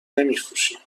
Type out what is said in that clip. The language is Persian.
نمیفروشیم